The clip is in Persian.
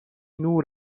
نور